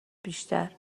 بیشتر